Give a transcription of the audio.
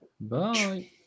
Bye